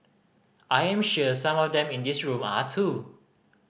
I am sure some of them in this room are too